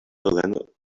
fallen